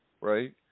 right